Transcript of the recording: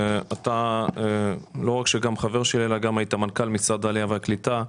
אתה גם היית מנכ"ל משרד העלייה והקליטה.